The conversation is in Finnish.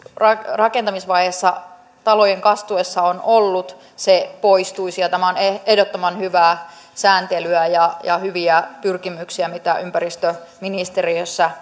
rakentamisvaiheessa talojen kastuessa on ollut poistuisi tämä on ehdottoman hyvää sääntelyä ja ja hyvää pyrkimystä miten ympäristöministeriössä